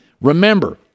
remember